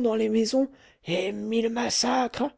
dans les maisons et mille massacres